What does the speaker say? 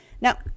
now